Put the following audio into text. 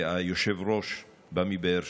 והיושב-ראש בא מבאר שבע: